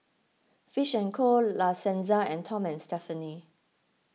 Fish and Co La Senza and Tom and Stephanie